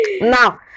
Now